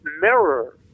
mirror